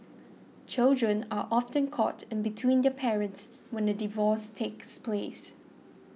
children are often caught in between their parents when a divorce takes place